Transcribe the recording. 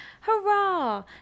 Hurrah